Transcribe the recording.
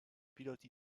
pilote